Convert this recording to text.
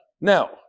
Now